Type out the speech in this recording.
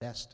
best